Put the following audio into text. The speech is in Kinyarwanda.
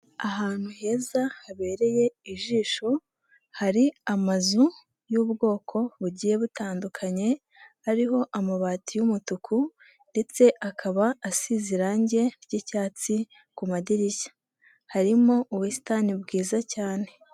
Ahantu heza habereye ijisho hari amazu y'ubwoko bugiye butandukanye, hariho amabati y'umutuku ndetse akaba asize irangi ry'icyatsi ku madirishya, harimo ubusitani bwiza cyane.